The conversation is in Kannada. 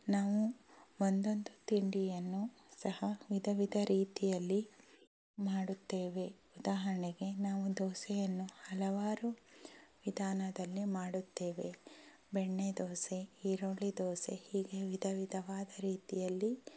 ನಾವು ಒಂದೊಂದು ತಿಂಡಿಯನ್ನು ಸಹ ವಿಧ ವಿಧ ರೀತಿಯಲ್ಲಿ ಮಾಡುತ್ತೇವೆ ಉದಾಹರಣೆಗೆ ನಾವು ದೋಸೆಯನ್ನು ಹಲವಾರು ವಿಧಾನದಲ್ಲಿ ಮಾಡುತ್ತೇವೆ ಬೆಣ್ಣೆ ದೋಸೆ ಈರುಳ್ಳಿ ದೋಸೆ ಹೀಗೆ ವಿಧ ವಿಧವಾದ ರೀತಿಯಲ್ಲಿ